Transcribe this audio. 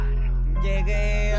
llegué